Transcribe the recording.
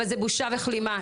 אבל זה בושה וכלימה.